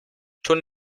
schon